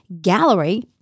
gallery